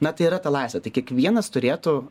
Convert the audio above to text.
na tai yra ta laisvė tai kiekvienas turėtų